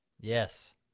Yes